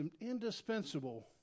indispensable